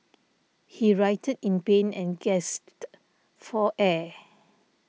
he writhed in pain and gasped for air